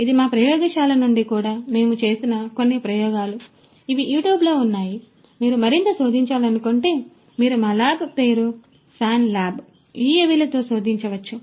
ఇది మా ప్రయోగశాల నుండి కూడా మేము చేసిన కొన్ని ప్రయోగాలు ఇవి యూట్యూబ్లో ఉన్నాయి మీరు మరింత శోధించాలనుకుంటే మీరు మా ల్యాబ్ పేరు స్వాన్ ల్యాబ్ యుఎవిలతో శోధించవచ్చు